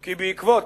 כי בעקבות,